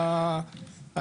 כמו שאת משקפת.